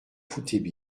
foutaient